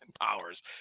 powers